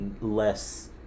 less